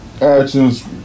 actions